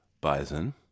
bison